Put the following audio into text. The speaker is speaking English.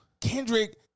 Kendrick